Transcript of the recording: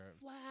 Wow